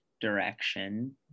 direction